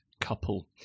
couple